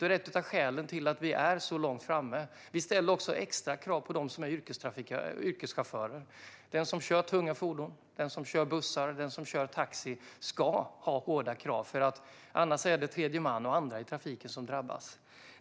Det är ett av skälen till att vi är så långt framme. Vi ställde också extra krav på dem som är yrkeschaufförer. Den som kör tunga fordon, bussar och taxi ska ha hårda krav. Annars är det tredjeman och andra i trafiken som drabbas.